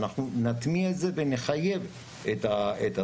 אנחנו נטמיע את זה ונחייב את זה.